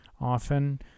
often